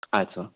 ಆಯ್ತು ಸರ್